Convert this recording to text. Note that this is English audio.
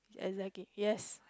exactly yes